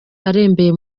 arembeye